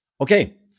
Okay